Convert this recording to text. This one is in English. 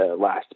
last